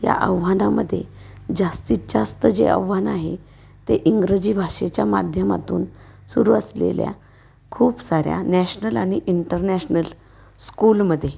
या आव्हानामध्ये जास्तीत जास्त जे आव्हान आहे ते इंग्रजी भाषेच्या माध्यमातून सुरू असलेल्या खूप साऱ्या नॅशनल आणि इंटरनॅशनल स्कूलमध्ये